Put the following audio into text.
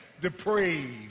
depraved